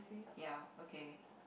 ya okay